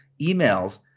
emails